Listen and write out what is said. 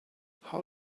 how